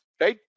right